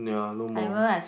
ya no more